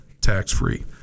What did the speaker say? tax-free